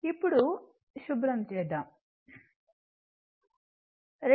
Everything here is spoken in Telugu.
ఇప్పుడుశుభ్రం చేద్దాం